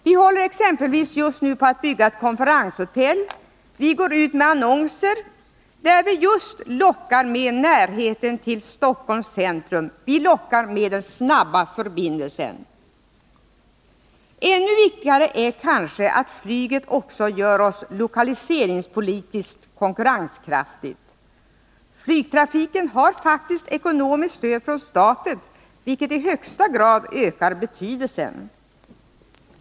Vi håller exempelvis just nu på att bygga ett konferenshotell, och vi går ut med annonser där vi just lockar med närheten till Stockholms centrum — vi lockar med den snabba förbindelsen. Ännu viktigare är kanske att flyget också gör oss lokaliseringspolitiskt konkurrenskraftiga. Flygtrafiken har faktiskt ekonomiskt stöd från staten, vilket i högsta grad ökar dess betydelse.